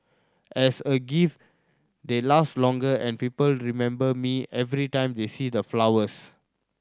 as a gift they last longer and people remember me every time they see the flowers